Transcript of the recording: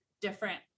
different